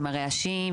עם הרעשים,